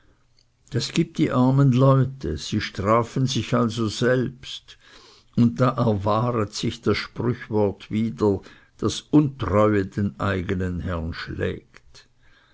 das gibt die armen leute sie strafen sich also selbst und da erwahret sich das sprüchwort wieder daß untreue den eigenen herren schlägt